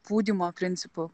pūdymo principu